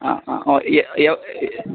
ஆ ஆ ஓ ஏ எவ்